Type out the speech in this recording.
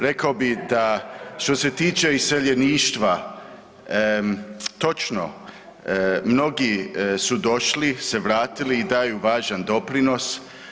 Rekao bi da što se tiče iseljeništva, točno, mnogi su došli se vratili i daju važan doprinos.